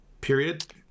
period